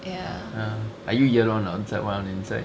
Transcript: are you yellow on the outside white on the inside